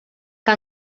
que